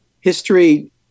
History